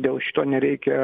dėl šito nereikia